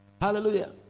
Hallelujah